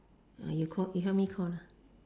uh you call you help me call lah